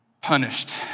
punished